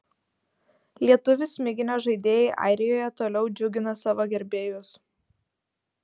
lietuvių smiginio žaidėjai airijoje toliau džiugina savo gerbėjus